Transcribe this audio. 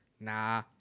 Nah